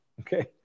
Okay